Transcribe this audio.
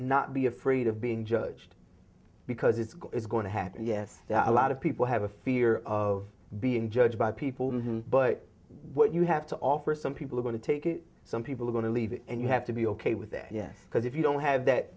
not be afraid of being judged because it's going to happen yes a lot of people have a fear of being judged by people but what you have to offer some people are going to take it some people are going to leave and you have to be ok with that yes because if you don't have that